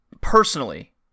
personally